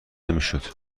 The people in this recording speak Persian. نمیشد